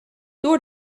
door